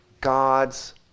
God's